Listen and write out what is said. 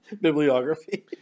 Bibliography